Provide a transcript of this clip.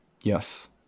Yes